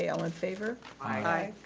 ah all in favor? aye.